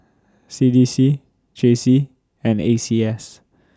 C D C J C and A C S